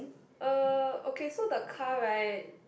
uh okay so the car right